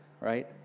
right